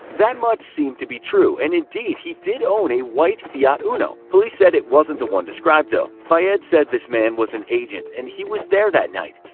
that much seemed to be true, and indeed, he did own a white fiat uno. police said it wasn't the one described, though. fayed said this man was an agent, and he was there that night.